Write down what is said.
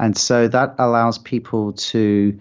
and so that allows people to